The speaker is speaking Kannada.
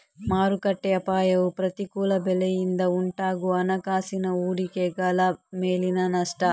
ಮಾರುಕಟ್ಟೆ ಅಪಾಯವು ಪ್ರತಿಕೂಲ ಬೆಲೆಯಿಂದ ಉಂಟಾಗುವ ಹಣಕಾಸಿನ ಹೂಡಿಕೆಗಳ ಮೇಲಿನ ನಷ್ಟ